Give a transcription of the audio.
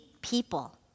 people